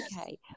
okay